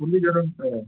ଫୁଲି ଝରନ୍ ସାର୍